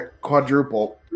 Quadruple